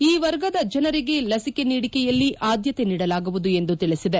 ಈ ವರ್ಗದ ಜನರಿಗೆ ಲಸಿಕೆ ನೀಡಿಕೆಯಲ್ಲಿ ಆದ್ದತೆ ನೀಡಲಾಗುವುದು ಎಂದು ತಿಳಸಿದೆ